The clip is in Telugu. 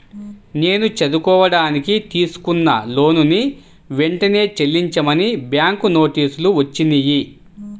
నేను చదువుకోడానికి తీసుకున్న లోనుని వెంటనే చెల్లించమని బ్యాంకు నోటీసులు వచ్చినియ్యి